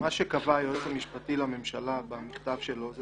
מה שקבע היועץ המשפטי לממשלה במכתב שלו זה